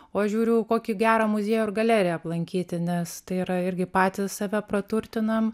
o aš žiūriu kokį gerą muziejų ar galeriją aplankyti nes tai yra irgi patys save praturtinam